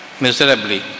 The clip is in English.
miserably